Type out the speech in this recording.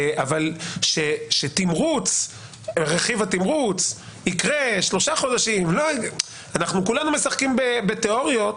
אבל שרכיב התמרוץ יקרה כל שלושה חודשים כולנו משחקים בתיאוריות.